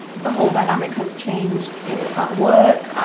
the whole dynamic has changed at work,